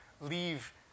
leave